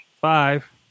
Five